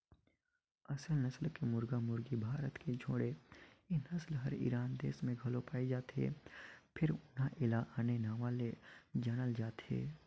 असेल नसल के मुरगा मुरगी भारत के छोड़े ए नसल हर ईरान देस में घलो पाये जाथे फेर उन्हा एला आने नांव ले जानल जाथे